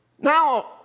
Now